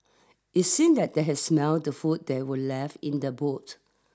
it seemed that they had smelt the food that were left in the boot